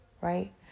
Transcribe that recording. right